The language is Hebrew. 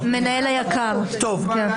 מנהל היק"ר, כן.